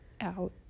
out